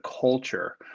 culture